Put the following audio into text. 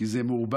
כי זה מעורבב.